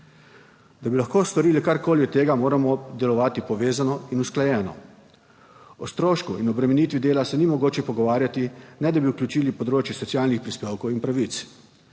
Da bi lahko storili karkoli od tega, moramo delovati povezano in usklajeno. O strošku in obremenitvi dela se ni mogoče pogovarjati, ne da bi vključili področje socialnih prispevkov in pravic.